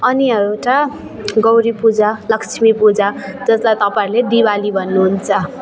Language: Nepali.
अनि यहाँ एउटा गौरी पूजा लक्ष्मी पूजा जसलाई तपाईँहरूले दिवाली भन्नुहुन्छ